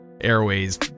Airways